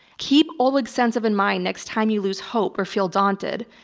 keep oleg sentsov in mind next time you lose hope or feel daunted.